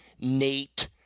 Nate